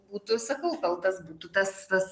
būtų sakau kaltas būtų tas tas